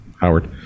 Howard